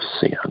sin